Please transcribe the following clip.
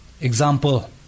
Example